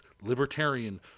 libertarian